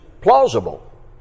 plausible